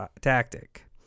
tactic